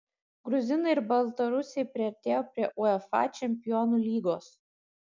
gruzinai ir baltarusiai priartėjo prie uefa čempionų lygos